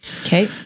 Okay